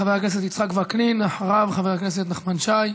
חבר הכנסת יצחק וקנין, אחריו, חבר הכנסת נחמן שי.